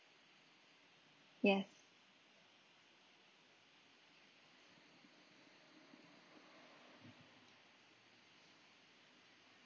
yes